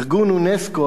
ארגון אונסק"ו,